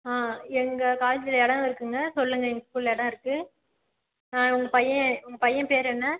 ஆ எங்கள் காலேஜ்ஜில் இடம் இருக்குதுங்க சொல்லுங்கள் எங்கள் ஸ்கூலில் இடம் இருக்குது ஆ உங்கள் பையன் உங்கள் பையன் பேர் என்ன